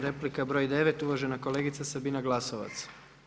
Replika broj 9., uvažena kolegica Sabina Glasovac.